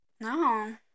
No